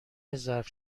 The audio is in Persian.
ظرف